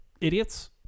idiots